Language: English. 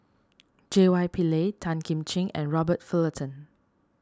J Y Pillay Tan Kim Ching and Robert Fullerton